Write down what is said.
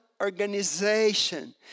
organization